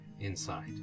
inside